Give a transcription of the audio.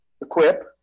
equip